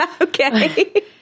Okay